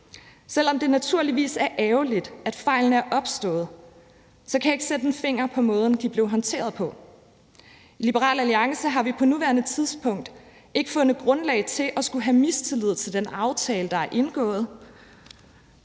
Selv om det naturligvis er ærgerligt, at fejlene er opstået, kan jeg ikke sætte en finger på måden, de er blevet håndteret på. I Liberal Alliance har vi på nuværende tidspunkt ikke fundet grundlag for at skulle have mistillid til den aftale, der er indgået,